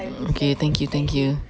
okay thank you thank you